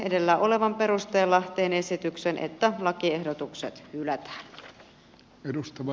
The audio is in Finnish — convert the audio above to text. edellä olevan perusteella teen esityksen että lakiehdotukset hylätään